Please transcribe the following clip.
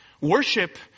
Worship